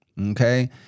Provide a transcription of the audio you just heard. okay